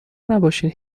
نباشین